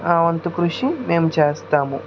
మా వంతు కృషి మేము చేస్తాము